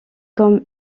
comme